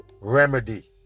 remedy